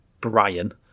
Brian